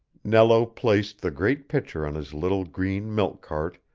nello placed the great picture on his little green milk-cart,